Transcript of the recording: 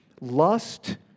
Lust